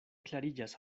klariĝas